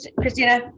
Christina